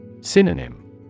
Synonym